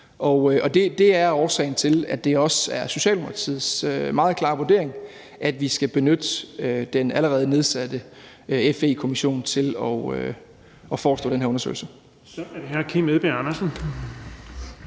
det er også årsagen til, at det er Socialdemokratiets meget klare vurdering, at vi skal benytte den allerede nedsatte FE-kommission til at forestå den her undersøgelse.